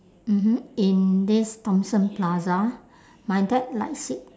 mmhmm in this thomson plaza my dad likes it